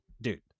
dude